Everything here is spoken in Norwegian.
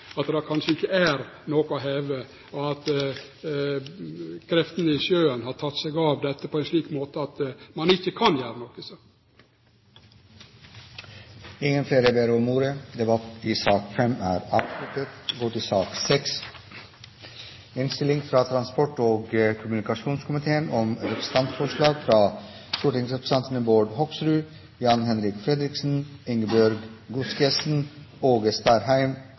at det kanskje ikkje er noko å heve, og at kreftene i sjøen har tatt seg av dette på ein slik måte at ein ikkje kan gjere noko i saka. Flere har ikke bedt om ordet til sak nr. 5. Etter ønske fra transport- og kommunikasjonskomiteen